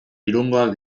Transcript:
irungoak